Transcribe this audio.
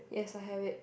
yes I have it